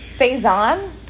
Faison